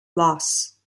loss